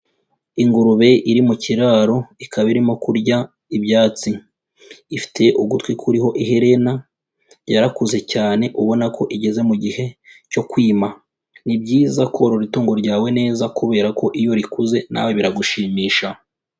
Ingurube iri mu kiraro, ikaba irimo kurya ibyatsi. Ifite ugutwi kuriho iherena, yarakuze cyane, ubona ko igeze mu gihe cyo kwima. Ni byiza korora itungo ryawe neza kubera ko iyo rikuze nawe biragushimisha.